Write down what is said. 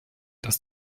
dass